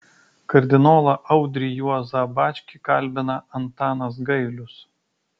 kardinolą audrį juozą bačkį kalbina antanas gailius